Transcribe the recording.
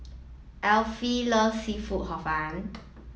Alfie loves seafood Hor Fun